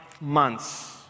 months